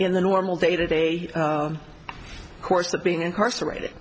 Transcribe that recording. in the normal day to day course of being incarcerated